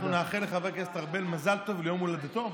אנחנו נאחל לחבר הכנסת ארבל מזל טוב ליום הולדתו,